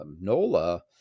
NOLA